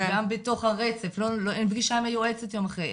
גם בתוך הרצף אין פגישה עם היועצת יום אחרי,